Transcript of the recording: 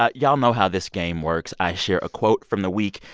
ah y'all know how this game works. i share a quote from the week.